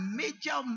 major